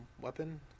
weapon